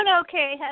okay